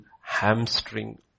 hamstring